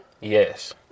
Yes